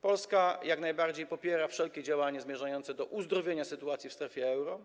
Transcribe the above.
Polska jak najbardziej popiera wszelkie działania zmierzające do uzdrowienia sytuacji w strefie euro.